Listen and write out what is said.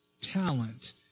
talent